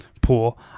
pool